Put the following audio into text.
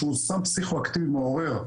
שהוא סם פסיכו אקטיבי מעורר,